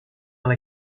dans